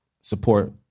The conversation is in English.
support